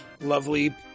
lovely